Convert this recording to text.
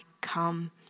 come